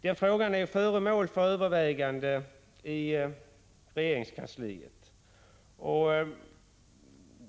Den frågan är föremål för övervägande i regeringskansliet.